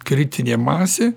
kritinė masė